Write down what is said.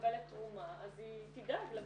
מקבלת תרומה, אז היא תדאג לבטיחות.